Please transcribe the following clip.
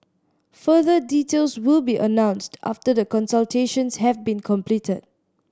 further details will be announced after the consultations have been completed